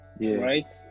right